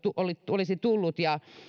olisi tullut